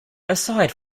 aside